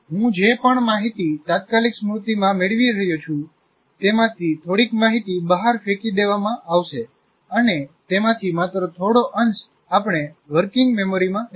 હું જે પણ માહિતી તાત્કાલિક સ્મૃતિમાં મેળવી રહ્યો છું તેમાંથી થોડીક માહિતી બહાર ફેંકી દેવામાં આવશે અને તેમાંથી માત્ર થોડો અંશ આપણે વર્કિંગ મેમોરી માં રહેશે